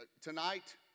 tonight